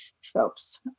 soaps